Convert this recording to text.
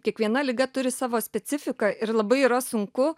kiekviena liga turi savo specifiką ir labai yra sunku